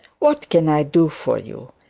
what can i do for you?